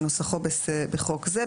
כנוסחו בחוק זה,